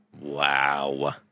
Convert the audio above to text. Wow